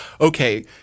okay